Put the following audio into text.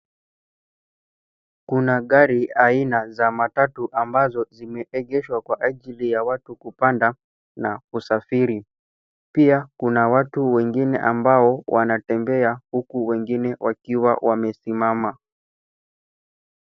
Kuna gari aina za matatu ambazo zimeegeshwa kwa ajili ya watu kupanda na kusafiri. Pia kuna watu wengine ambao wanatembea huku wengine wakiwa wamesimama.